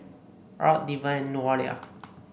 Art Deven Nolia